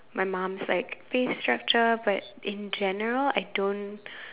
my mom's like face structure but in general I don't